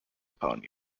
upon